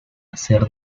hacer